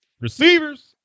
Receivers